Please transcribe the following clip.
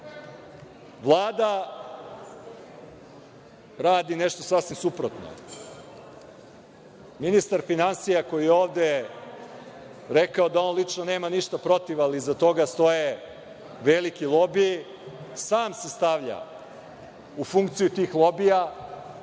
Vlada radi nešto sasvim suprotno. Ministar finansija koji je ovde lično rekao da on nema ništa protiv ali iza toga stoje veliki lobiji, sam se stavlja u funkciju tih lobija